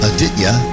Aditya